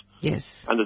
Yes